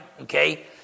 Okay